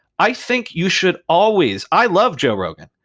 i think you should always i love joe rogan.